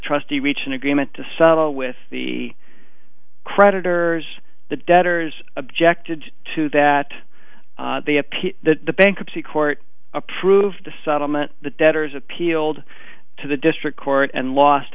trustee reach an agreement to settle with the creditors the debtors objected to that the appeal the bankruptcy court approved the settlement the debtors appealed to the district court and lost